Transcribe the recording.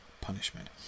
punishment